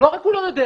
לא רק שהוא לא יודע,